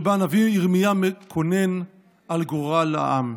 שבה הנביא ירמיה מקונן על גורל העם.